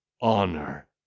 honor